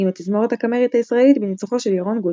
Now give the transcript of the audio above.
עם התזמורת הקאמרית הישראלית בניצוחו של ירון גוטפריד.